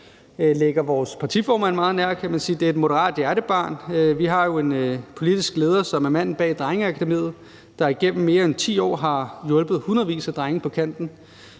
ligger vores partiformand meget på sinde. Man kan sige, at det er et af Moderaternes hjertebørn. Vi har jo en politisk leder, som er manden bag Drengeakademiet, der igennem mere end 10 år har hjulpet hundredvis af drenge på kanten,